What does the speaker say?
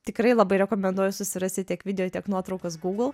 tikrai labai rekomenduoju susirasti tiek video tiek nuotraukas google